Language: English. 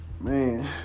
Man